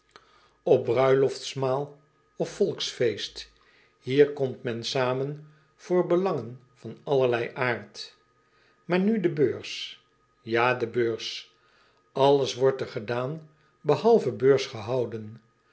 potlood eel bruiloftsmaal of volksfeest ier komt men zamen voor belangen van allerlei aard aar nu de b e u r s a de beurs lles wordt er gedaan behalve beurs gehouden